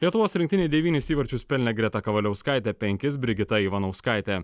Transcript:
lietuvos rinktinei devynis įvarčius pelnė greta kavaliauskaitė penkis brigita ivanauskaitė